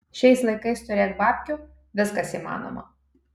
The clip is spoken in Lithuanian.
šiais laikais turėk babkių viskas įmanoma